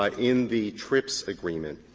um in the trips agreement.